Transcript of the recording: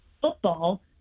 football